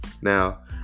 Now